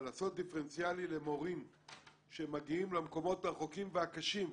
אבל לעשות דיפרנציאלי למורים שמגיעים למקומות הרחוקים והקשים,